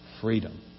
freedom